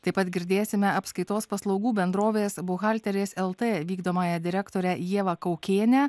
taip pat girdėsime apskaitos paslaugų bendrovės buhalterės eltai vykdomąją direktorę ievą kaukienę